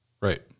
Right